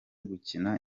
gukina